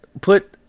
put